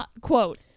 quote